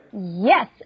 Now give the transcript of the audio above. Yes